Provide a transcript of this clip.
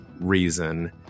reason